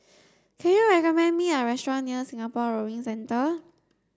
can you recommend me a restaurant near Singapore Rowing Centre